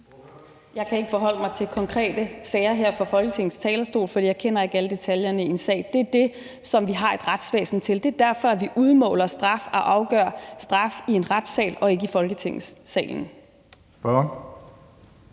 Jeg kan ikke forholde mig til konkrete sager her fra Folketingets talerstol, for jeg kender ikke alle detaljerne i en sag. Det er det, som vi har et retsvæsen til. Det er derfor, man udmåler og træffer afgørelse om straf i en retssal og ikke i Folketingssalen.